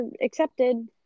accepted